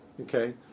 okay